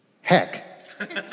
heck